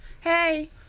hey